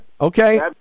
okay